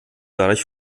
dadurch